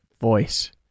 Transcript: voice